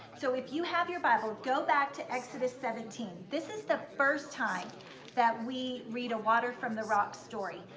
so if you have your bible, go back to exodus seventeen. this is the first time that we read a water from the rocks story.